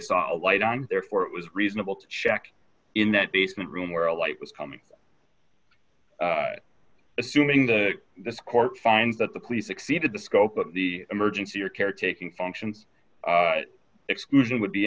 saw a light on therefore it was reasonable to check in that basement room where a light was coming assuming the court finds that the police exceeded the scope of the emergency or caretaking functions exclusion would be